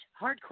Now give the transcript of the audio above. Hardcore